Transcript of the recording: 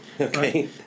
Okay